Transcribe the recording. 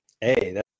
Hey